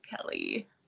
Kelly